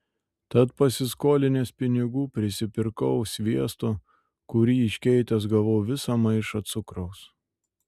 tad pasiskolinęs pinigų prisipirkau sviesto kurį iškeitęs gavau visą maišą cukraus